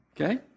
okay